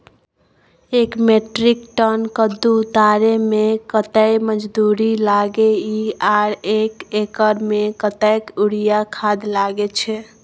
एक metric ton कद्दू उतारे में कतेक मजदूरी लागे इ आर एक एकर में कतेक यूरिया खाद लागे छै?